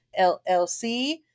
LLC